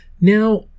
Now